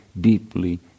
deeply